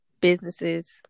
businesses